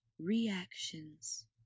reactions